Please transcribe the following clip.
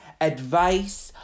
advice